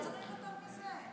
לא צריך יותר מזה.